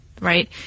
right